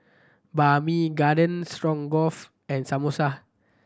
Banh Mi Garden Stroganoff and Samosa